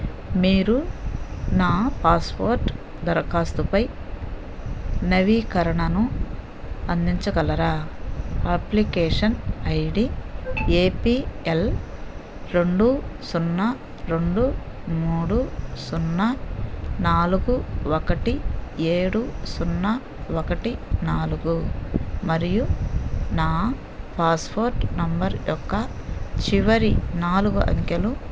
మీరు నా పాస్పోర్ట్ దరఖాస్తుపై నవీకరణను అందించగలరా application I D A P L రెండు సున్నా రెండు మూడు సున్నా నాలుగు ఒకటి ఏడు సున్నా ఒకటి నాలుగు మరియు నా పాస్పోర్ట్ నెంబర్ యొక్క చివరి నాలుగు అంకెలు